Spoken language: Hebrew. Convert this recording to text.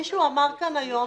מישהו אמר כאן היום